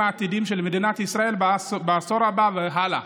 העתידיים של מדינת ישראל בעשור הבא והלאה.